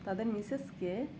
তাদের মিশেসকে